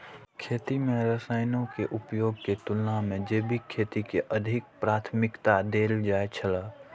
खेती में रसायनों के उपयोग के तुलना में जैविक खेती के अधिक प्राथमिकता देल जाय छला